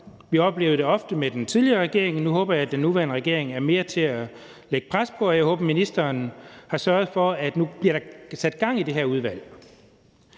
Vi oplevede det ofte med den tidligere regering; nu håber jeg, at den nuværende regering er mere til at lægge pres på, og jeg håber, at ministeren har sørget for, at der nu bliver sat gang i det her udvalg.